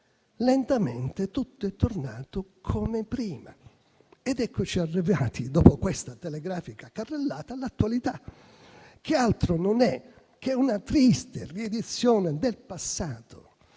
lentamente tutto è tornato come prima. Eccoci arrivati, dopo questa telegrafica carrellata, all'attualità, che altro non è che una triste riedizione del passato,